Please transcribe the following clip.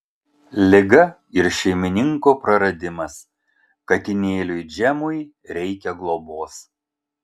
liga ir šeimininko praradimas katinėliui džemui reikia globos